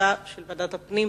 סמכותה של ועדת הפנים,